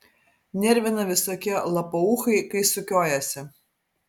nervina visokie lapauchai kai sukiojasi